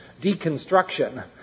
deconstruction